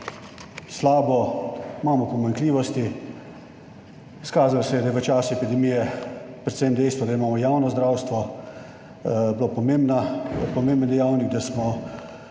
slabo? Imamo pomanjkljivosti, izkazalo se je, da je v času epidemije predvsem dejstvo, da imamo javno zdravstvo, bil pomemben dejavnik, da smo